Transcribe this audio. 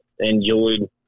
enjoyed